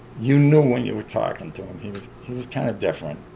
you knew when you were talking to him he was kind of different.